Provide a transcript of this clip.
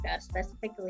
specifically